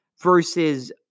versus